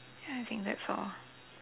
ya I think that's all